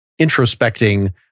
introspecting